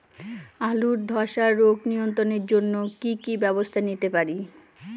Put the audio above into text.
আলুর ধ্বসা রোগ নিয়ন্ত্রণের জন্য কি কি ব্যবস্থা নিতে পারি?